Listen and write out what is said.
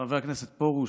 חבר הכנסת פרוש,